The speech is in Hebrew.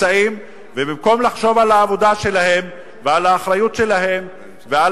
שבמקום לחשוב על העבודה שלהם ועל האחריות שלהם ועל